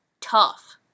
tough